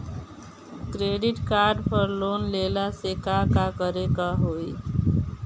Credit card पर loan लेला से का का करे क होइ?